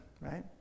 Right